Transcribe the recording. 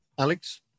Alex